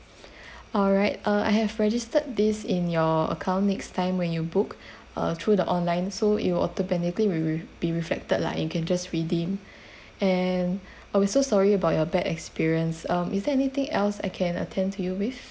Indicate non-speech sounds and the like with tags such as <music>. <breath> all right uh I have registered this in your account next time when you book uh through the online so it will automatically be re~ be reflected lah you can just redeem <breath> and uh we're so sorry about your bad experience um is there anything else I can attend to you with